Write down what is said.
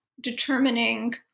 determining